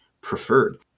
preferred